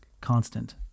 constant